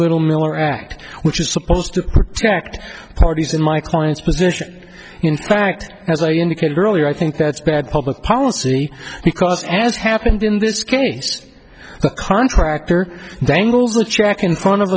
little miller act which is supposed to protect parties in my client's position in fact as i indicated earlier i think that's bad public policy because as happened in this case the contractor dangles the track in front of